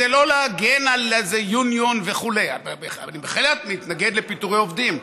זה לא להגן על איזה יוניון וכו' אני בהחלט מתנגד לפיטורי עובדים,